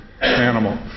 animal